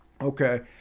Okay